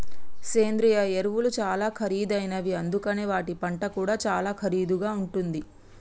సేంద్రియ ఎరువులు చాలా ఖరీదైనవి అందుకనే వాటి పంట కూడా చాలా ఖరీదుగా ఉంటుంది